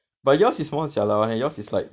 but yours is more jialat [one] leh yours is like